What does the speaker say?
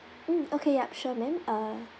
mm okay yup sure ma'am uh